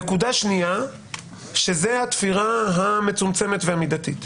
נקודה שנייה זו התפירה המצומצמת והמידתית.